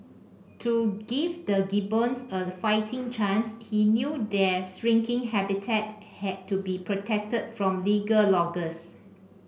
to give the gibbons a fighting chance he knew their shrinking habitat had to be protected from legal loggers